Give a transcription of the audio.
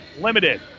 limited